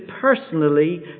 personally